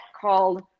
called